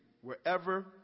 wherever